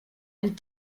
and